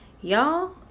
Y'all